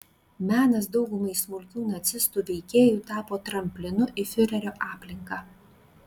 menas daugumai smulkių nacistų veikėjų tapo tramplinu į fiurerio aplinką